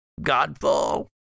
Godfall